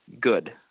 good